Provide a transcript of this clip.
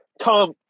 Tom